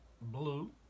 blue